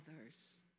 others